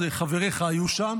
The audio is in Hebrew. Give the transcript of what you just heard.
אז חבריך היו שם,